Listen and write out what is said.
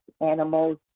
animals